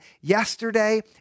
yesterday